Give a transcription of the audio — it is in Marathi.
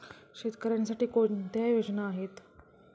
शेतकऱ्यांसाठी कोणत्या योजना आहेत?